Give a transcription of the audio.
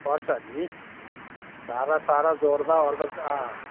पर्छ नि भाडासाडा जोड्दा ओर्दा अँ